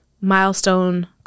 milestone